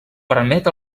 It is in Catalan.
permet